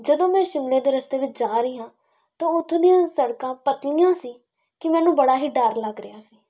ਜਦੋਂ ਮੈਂ ਸ਼ਿਮਲੇ ਦੇ ਰਸਤੇ ਵਿੱਚ ਜਾ ਰਹੀ ਹਾਂ ਤਾਂ ਉੱਥੋਂ ਦੀਆਂ ਸੜਕਾਂ ਪਤਲੀਆਂ ਸੀ ਕਿ ਮੈਨੂੰ ਬੜਾ ਹੀ ਡਰ ਲੱਗ ਰਿਹਾ ਸੀ